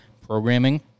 programming